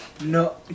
No